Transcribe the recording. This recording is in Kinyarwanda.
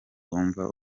bumva